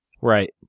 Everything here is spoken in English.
right